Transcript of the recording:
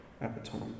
epitome